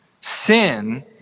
Sin